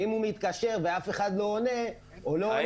ואם הוא מתקשר ואף אחד לא עונה -- האינטואיציה